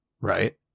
Right